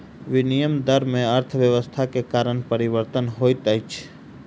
विनिमय दर में अर्थव्यवस्था के कारण परिवर्तन होइत अछि